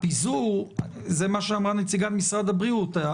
מה שאמרה נציגת משרד הבריאות,